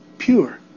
pure